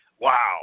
wow